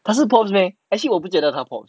他是 popular meh actually 我不觉得他 popular